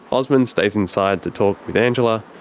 osman stays inside to talk with angela,